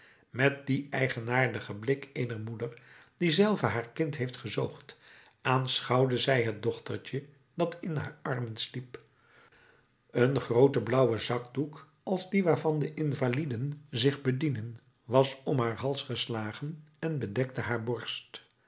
met dien eigenaardigen blik eener moeder die zelve haar kind heeft gezoogd aanschouwde zij het dochtertje dat in haar armen sliep een groote blauwe zakdoek als die waarvan de invaliden zich bedienen was om haar hals geslagen en bedekte haar borst